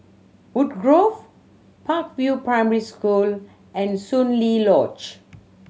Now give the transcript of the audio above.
Woodgrove Park View Primary School and Soon Lee Lodge